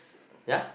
yeah